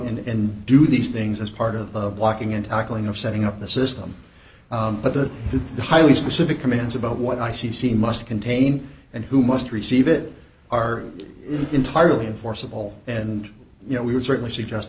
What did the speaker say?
out and do these things as part of blocking and tackling of setting up the system but the highly specific commands about what i c c must contain and who must receive it are entirely enforceable and you know we would certainly suggest